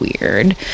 weird